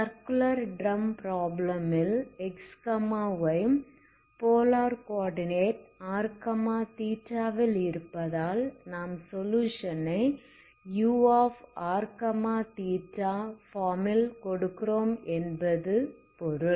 circular drum problem ல் xy polar coordinate rθ ல் இருப்பதால் நாம் சொலுயுஷன் ஐ urθ ஃபார்ம் ல் பெறுகிறோம் என்று பொருள்